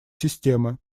системы